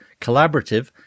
Collaborative